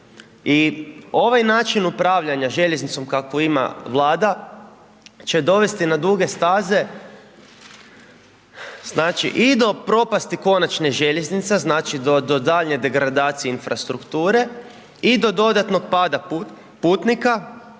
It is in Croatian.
I ovaj način upravljanja željeznicom kakvu ima Vlada, će dovesti na duge staze, znači, i do propasti konačne željeznica, znači, do daljnje degradacije infrastrukture i do dodatnog pada putnika,